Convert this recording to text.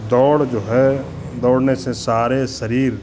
दौड़ जो है दौड़ने से सारे शरीर